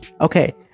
Okay